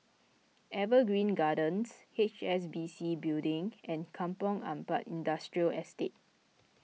Evergreen Gardens H S B C Building and Kampong Ampat Industrial Estate